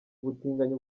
ubutinganyi